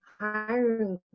hiring